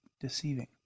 deceiving